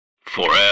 FOREVER